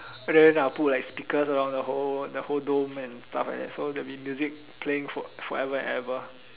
then I'll put like speakers around the whole the whole dome and stuff like that so there'll be music playing for forever and ever